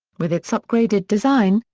with its upgraded design,